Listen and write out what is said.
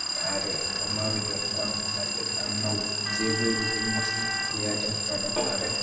आरो अमा बेदरफ्राव आंनाव जेबो बिदि मसलाफोर गैया आरो होफानो आरो